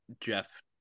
Jeff